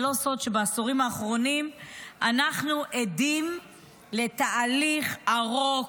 זה לא סוד שבעשורים האחרונים אנחנו עדים לתהליך ארוך